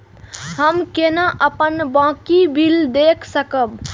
हम केना अपन बाँकी बिल देख सकब?